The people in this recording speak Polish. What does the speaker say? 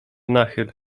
nachyl